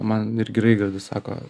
man irgi raigardas sako